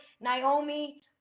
naomi